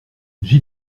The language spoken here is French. j’y